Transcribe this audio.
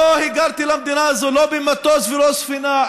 לא היגרתי למדינה הזו, לא במטוס ולא בספינה.